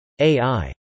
AI